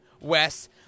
Wes